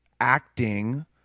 acting